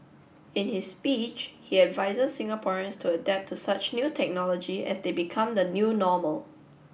in his speech he advises Singaporeans to adapt to such new technology as they become the new normal